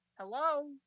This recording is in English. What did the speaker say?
hello